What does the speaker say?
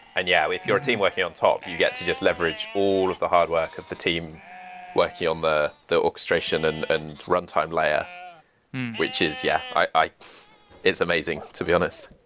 and yeah, if you're a team working on top, you get to just leverage all of the hard work of the team working on the the orchestration and and runtime layer which is yeah. it's amazing, to be honest.